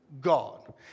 God